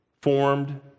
formed